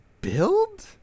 Build